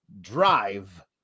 Drive